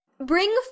Bring